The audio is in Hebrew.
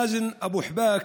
מאזן אבו חבאק,